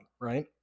right